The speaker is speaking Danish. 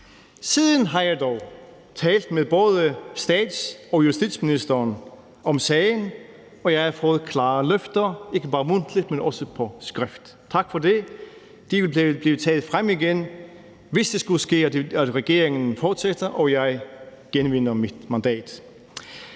Siden har jeg dog talt med både stats- og justitsministeren om sagen, og jeg har fået klare løfter, ikke bare mundtligt, men også på skrift. Tak for det; de vil blive taget frem igen, hvis det skulle ske, at regeringen fortsætter og jeg genvinder mit mandat.